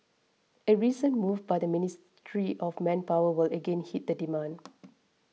a recent move by the Ministry of Manpower will again hit the demand